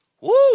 Woo